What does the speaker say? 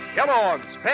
Kellogg's